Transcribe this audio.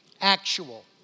Actual